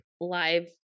live